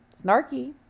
snarky